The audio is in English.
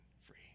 free